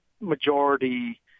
majority